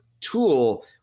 tool